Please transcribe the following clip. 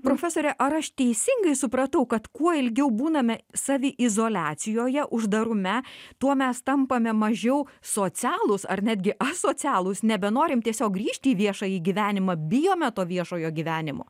profesore ar aš teisingai supratau kad kuo ilgiau būname saviizoliacijoje uždarume tuo mes tampame mažiau socialūs ar netgi asocialūs nebenorim tiesiog grįžti į viešąjį gyvenimą bijome to viešojo gyvenimo